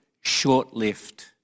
short-lived